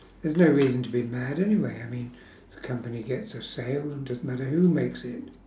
there's no reason to be mad anyway I mean the company gets a sale it doesn't matter who makes it